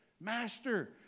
master